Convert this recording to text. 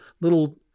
little